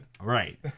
Right